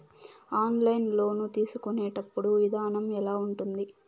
online loan తీసుకునేటప్పుడు విధానం ఎలా ఉంటుంది